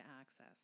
access